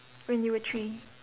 when you were three